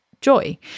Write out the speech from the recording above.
joy